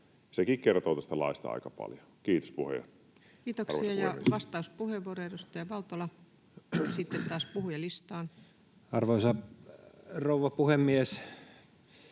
Sekin kertoo tästä laista aika paljon. — Kiitos, arvoisa puhemies. Kiitoksia. — Ja vastauspuheenvuoro, edustaja Valtola. Sitten taas puhujalistaan. Arvoisa rouva puhemies!